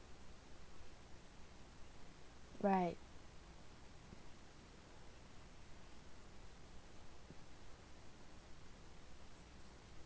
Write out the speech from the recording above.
right